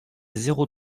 zéro